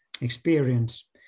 experience